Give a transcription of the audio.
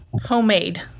homemade